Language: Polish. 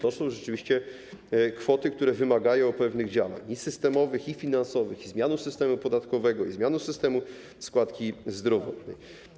To są rzeczywiście kwoty, które wymagają pewnych działań: i systemowych, i finansowych, i zmiany systemu podatkowego, i zmiany systemu składki zdrowotnej.